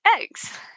eggs